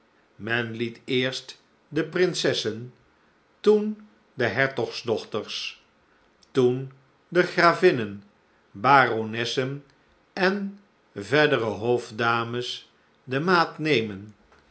men liet eerst de prinsessen toen de hertogsdochters toen de gravinnen baronnessen en verdere hofdames de maat nemen